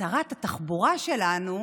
ששרת התחבורה שלנו,